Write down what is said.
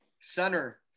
center